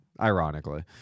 Ironically